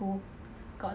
aeroplane competition